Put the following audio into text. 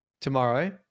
Tomorrow